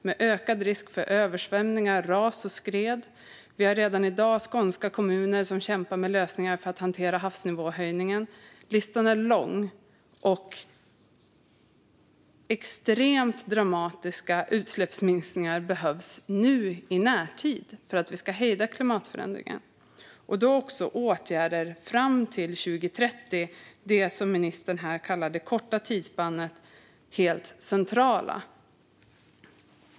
Det är ökad risk för översvämningar, ras och skred. Vi har redan i dag skånska kommuner som kämpar med lösningar för att hantera havsnivåhöjningen. Listan är lång. Extremt dramatiska utsläppsminskningar behövs nu i närtid för att vi ska hejda klimatförändringen. Då är åtgärder fram till 2030, det som ministern här kallade det korta tidsspannet, helt centrala.